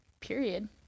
period